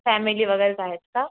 family वगैरेचं आहेत का